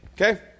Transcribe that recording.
Okay